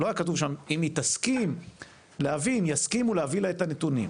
לא היה כתוב "אם יסכימו להביא לה את הנתונים",